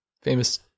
Famous